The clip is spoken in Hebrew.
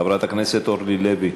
חברת הכנסת אורלי לוי.